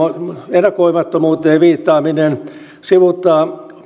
ennakoimattomuuteen viittaaminen sivuuttaa